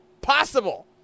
possible